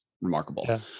Remarkable